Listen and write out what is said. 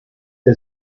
for